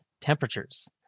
temperatures